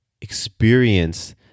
experience